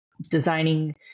designing